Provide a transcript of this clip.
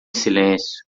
silêncio